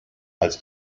als